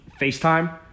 FaceTime